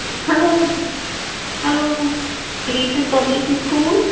hello hello crescent public school